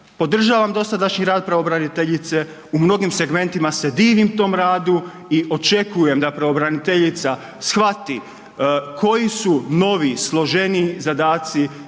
podržavam dosadašnji rad pravobraniteljice, u mnogim segmentima se divim tom radu i očekujem da pravobraniteljica shvati koji su novi, složeniji zadaci